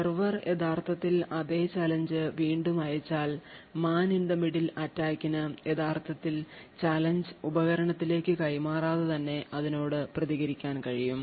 server യഥാർത്ഥത്തിൽ അതേ challenge വീണ്ടും അയച്ചാൽ Man in the Middle attacker ന് യഥാർത്ഥത്തിൽ ചാലഞ്ച് ഉപകരണത്തിലേക്ക് കൈമാറാതെ തന്നെ അതിനോട് പ്രതികരിക്കാൻ കഴിയും